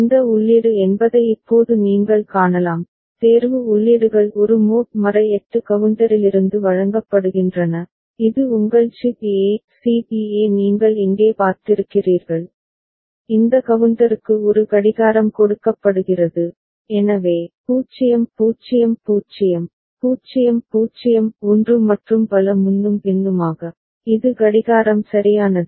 இந்த உள்ளீடு என்பதை இப்போது நீங்கள் காணலாம் தேர்வு உள்ளீடுகள் ஒரு மோட் 8 கவுண்டரிலிருந்து வழங்கப்படுகின்றன இது உங்கள் C B A C B A நீங்கள் இங்கே பார்த்திருக்கிறீர்கள் இந்த கவுண்டருக்கு ஒரு கடிகாரம் கொடுக்கப்படுகிறது எனவே 0 0 0 0 0 1 மற்றும் பல முன்னும் பின்னுமாக இது கடிகாரம் சரியானது